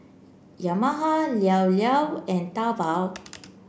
Yamaha Llao Llao and Taobao